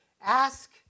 ask